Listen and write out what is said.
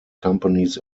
companies